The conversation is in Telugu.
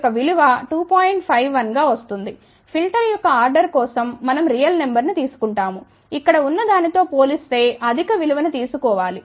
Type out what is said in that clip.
51 గా వస్తుంది ఫిల్టర్ యొక్క ఆర్డర్ కోసం మనం రియల్ నంబర్ ను తీసుకుంటాము ఇక్కడ ఉన్న దానితో పోలి స్తే అధిక విలువ ను తీసుకో వాలి